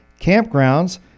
campgrounds